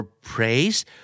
praise